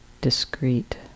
discrete